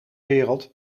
wereld